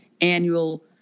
annual